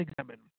examine